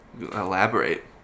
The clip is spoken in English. Elaborate